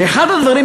ואחד הדברים,